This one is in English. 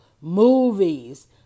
movies